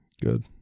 Good